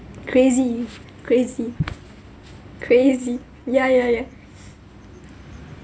crazy crazy crazy ya ya ya